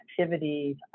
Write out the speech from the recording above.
activities